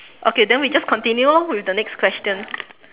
okay then we just continue lor with the next question